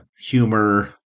humor